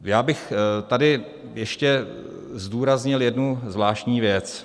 Já bych tady ještě zdůraznil jednu zvláštní věc.